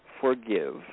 forgive